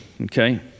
Okay